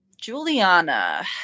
Juliana